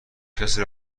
کسی